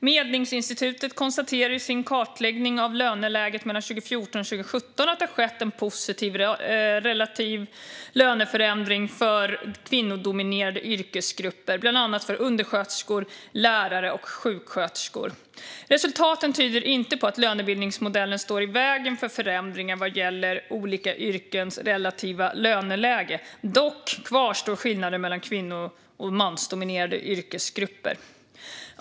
Medlingsinstitutet konstaterar i sin kartläggning av löneläget mellan 2014 och 2017 att det har skett en positiv relativlöneförändring för kvinnodominerade yrkesgrupper, bland annat för undersköterskor, lärare och sjuksköterskor. Resultaten tyder inte på att lönebildningsmodellen står i vägen för förändringar vad gäller olika yrkens relativa löneläge. Dock kvarstår skillnader mellan kvinno och mansdominerade yrkesgrupper.